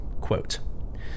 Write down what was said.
Quote